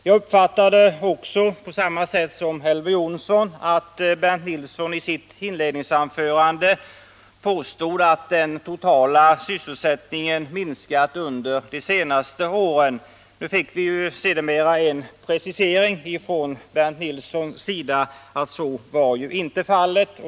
Jag uppfattade också — på samma sätt som Elver Jonsson — att Bernt Nilsson i sitt inledningsanförande påstod att den totala sysselsättningen minskat under de senaste åren. Sedermera fick vi en precisering från Bernt Nilsson, att så inte var fallet.